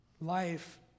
Life